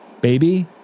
baby